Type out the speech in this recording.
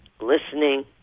listening